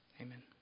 Amen